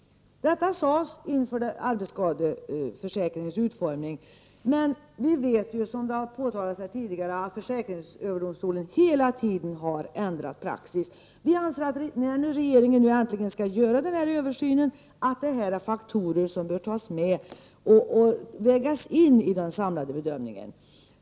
Detta sades inför arbetsskadeförsäkringens utformning. Men vi vet ju, som tidigare har påpekats här, att försäkringsöverdomstolen hela tiden har ändrat praxis. Vi anser att när nu regeringen äntligen skall göra denna översyn, bör dessa faktorer tas med och vägas in i den samlade bedömningen.